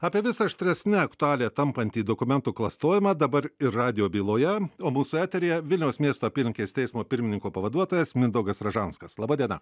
apie vis aštresne aktualija tampantį dokumentų klastojimą dabar ir radijo byloje o mūsų eteryje vilniaus miesto apylinkės teismo pirmininko pavaduotojas mindaugas ražanskas laba diena